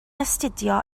astudio